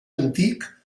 antic